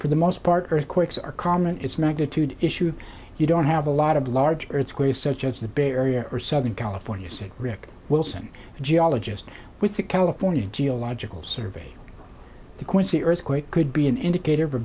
for the most part earthquakes are common in its magnitude issue you don't have a lot of large earthquakes such as the bay area or southern california said rick wilson a geologist with the california geological survey the quincy earthquake could be an indicator